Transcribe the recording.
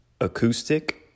acoustic